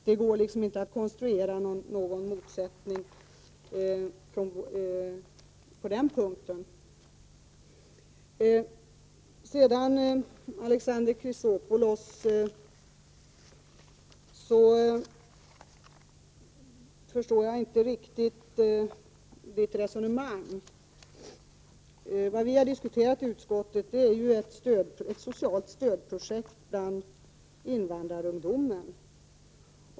Det går alltså inte att konstruera någon motsättning på den punkten. Sedan förstår jag inte riktigt Alexander Chrisopoulos resonemang. Vad vii utskottet har diskuterat är ett socialt stödprojekt bland invandrarungdomen.